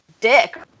dick